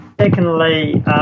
Secondly